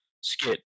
skit